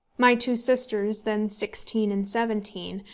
my two sisters, then sixteen and seventeen,